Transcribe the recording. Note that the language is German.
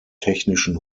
technischen